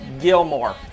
Gilmore